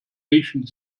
riechen